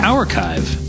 Archive